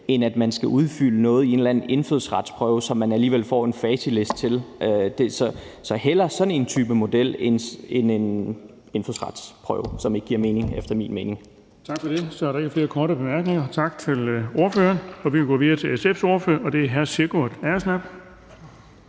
end at man skal udfylde noget i en eller anden indfødsretsprøve, som man alligevel får en facitliste til. Så det skal hellere være sådan en type model end en indfødsretsprøve, som efter min mening ikke giver mening. Kl. 11:22 Den fg. formand (Erling Bonnesen): Tak for det. Så er der ikke flere korte bemærkninger. Tak til ordføreren. Vi går videre til SF's ordfører, og det er hr. Sigurd Agersnap.